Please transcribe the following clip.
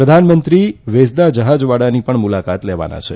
પ્રધાનમંત્રી વેઝદા જ્હાજ વાડાની પણ મુલાકાત લેવાના છે